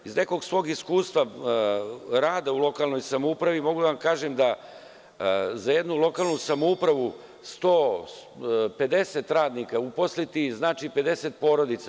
Iz nekog svog iskustva rada u lokalnoj samoupravi, mogu da vam kažem da za jednu lokalnu samoupravu 150 radnika uposliti, znači i 50 porodica.